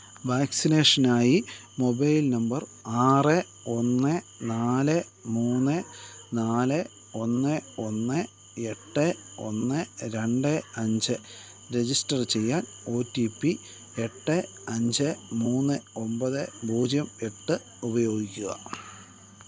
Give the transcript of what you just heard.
വാക്സിനേഷനായി mobile number ആറ് ഒന്ന് നാല് മൂന്ന് നാല് ഒന്ന് ഒന്ന് എട്ട് ഒന്ന് രണ്ട് അഞ്ച് രജിസ്റ്റർ ചെയ്യാൻ ഒ റ്റി പി എട്ട് അഞ്ച് മൂന്ന് ഒമ്പത് പൂജ്യം എട്ട് ഉപയോഗിക്കുക